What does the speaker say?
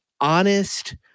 honest